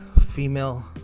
female